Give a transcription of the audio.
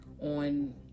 on